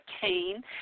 Kane